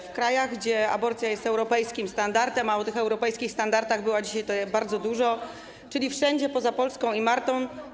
W krajach, gdzie aborcja jest europejskim standardem, a o tych europejskich standardach było dzisiaj tutaj bardzo dużo, czyli wszędzie poza Polską i Maltą.